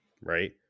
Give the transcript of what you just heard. right